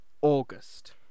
August